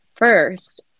First